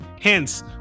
Hence